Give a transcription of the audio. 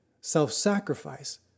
self-sacrifice